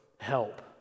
help